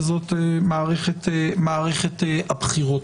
שהוא מערכת הבחירות.